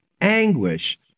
anguish